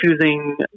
choosing